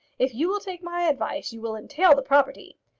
if you will take my advice you will entail the property.